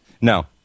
No